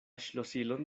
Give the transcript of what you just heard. ŝlosilon